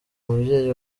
umubyeyi